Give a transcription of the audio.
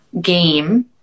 game